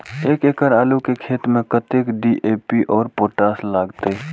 एक एकड़ आलू के खेत में कतेक डी.ए.पी और पोटाश लागते?